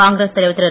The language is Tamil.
காங்கிரஸ் தலைவர் திரு